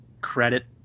credit